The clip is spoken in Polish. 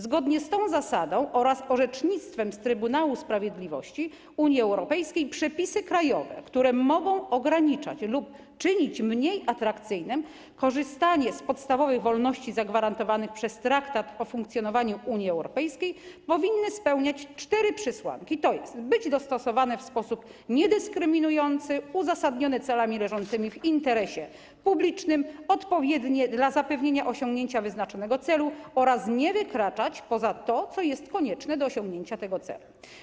Zgodnie z tą zasadą oraz orzecznictwem Trybunału Sprawiedliwości Unii Europejskiej przepisy krajowe, które mogą ograniczać lub czynić mniej atrakcyjnym korzystanie z podstawowych wolności zagwarantowanych przez Traktat o funkcjonowaniu Unii Europejskiej, powinny spełniać cztery przesłanki, tj. być dostosowane w sposób niedyskryminujący, uzasadnione celami leżącymi w interesie publicznym, odpowiednie dla zapewnienia osiągnięcia wyznaczonego celu oraz nie wykraczać poza to, co jest konieczne do osiągnięcia tego celu.